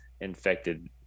infected